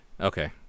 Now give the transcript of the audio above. Okay